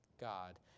God